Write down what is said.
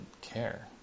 care